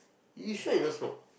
you sure you don't smoke